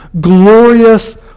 glorious